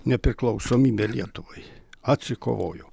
nepriklausomybę lietuvai atsikovojo